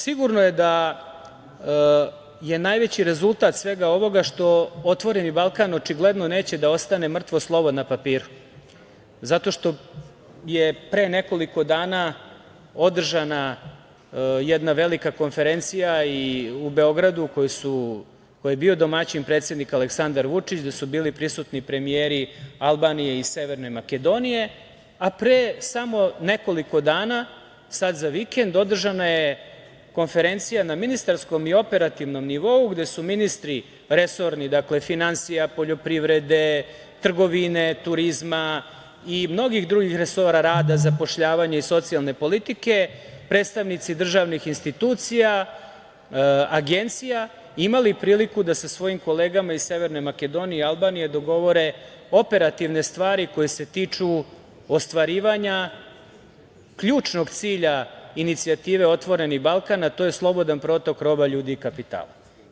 Sigurno je da je najveći rezultat svega ovoga što otvoreni Balkan očigledno neće da ostane mrtvo slovo na papiru zato što je pre nekoliko dana održana jedna velika konferencija u Beogradu, koji je bio domaćin predsednik Aleksandar Vučić, da su bili prisutni premijeri Albanije i Severne Makedonije, a pre samo nekoliko dana, sad za vikend, održana je konferencija na ministarskom i operativnom nivou gde su resorni ministri finansija, poljoprivrede, trgovine, turizma i mnogih drugih resora, rada, zapošljavanja i socijalne politike, predstavnici državnih institucija, agencija imali priliku da sa svojim kolegama iz Severne Makedonije i Albanije dogovore operativne stvari koje se tiču ostvarivanja ključnog cilja inicijative „Otvoreni Balkan“, a to je slobodan protok roba, ljudi i kapitala.